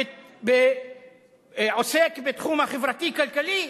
ועוסק בתחום הכלכלי-חברתי.